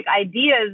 ideas